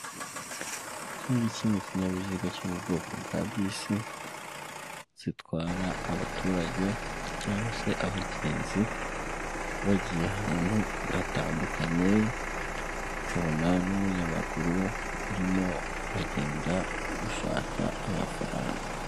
Iki ngiki ni ikinyabiziga cyo mu bwoko bwa bisi zitwara abaturage cyangwa se abagenzi bagiye ahantu hatandukanye, tukabona n'umunyamaguru urimo uragenda gushaka amafaranga.